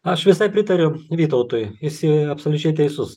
aš visai pritariu vytautui jis absoliučiai teisus